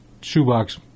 shoebox